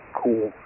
cool